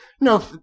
No